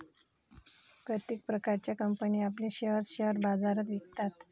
प्रत्येक प्रकारच्या कंपनी आपले शेअर्स शेअर बाजारात विकतात